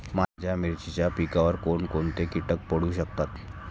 माझ्या मिरचीच्या पिकावर कोण कोणते कीटक पडू शकतात?